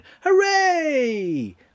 Hooray